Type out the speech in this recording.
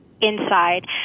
inside